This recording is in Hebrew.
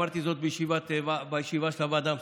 אמרתי זאת בישיבה של הוועדה המסדרת.